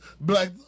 black